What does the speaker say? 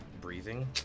breathing